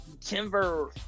timber